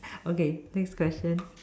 okay next question